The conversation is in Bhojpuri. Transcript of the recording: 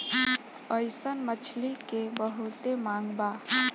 अइसन मछली के बहुते मांग बा